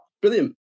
brilliant